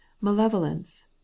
Malevolence